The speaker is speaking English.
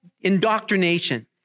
indoctrination